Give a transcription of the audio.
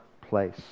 place